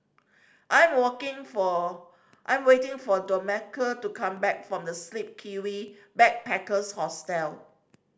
I'm working for I'm waiting for Domenica to come back from The Sleepy Kiwi Backpackers Hostel